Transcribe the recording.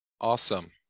awesome